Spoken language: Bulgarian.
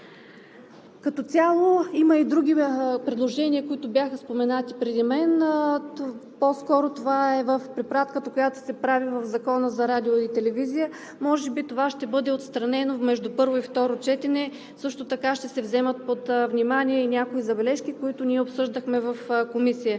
Като цяло има и други предложения, които бяха споменати преди мен. Това по-скоро е в препратката, която се прави в Закона за радиото и телевизията, може би това ще бъде отстранено между първо и второ четене. Също така ще се вземат под внимание и някои забележки, които ние обсъдихме в Комисията.